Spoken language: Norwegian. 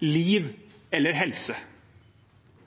liv eller helse.